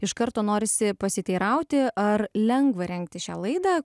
iš karto norisi pasiteirauti ar lengva rengti šią laidą